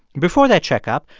before their checkup,